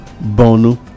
Bono